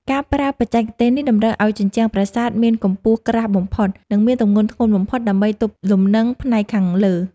ការប្រើបច្ចេកទេសនេះតម្រូវឱ្យជញ្ជាំងប្រាសាទមានកម្រាស់ក្រាស់បំផុត និង មានទម្ងន់ធ្ងន់បំផុតដើម្បីទប់លំនឹងផ្នែកខាងលើ។